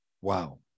Wow